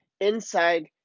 inside